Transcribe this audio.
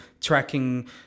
tracking